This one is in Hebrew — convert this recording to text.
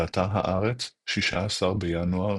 באתר הארץ, 16 בינואר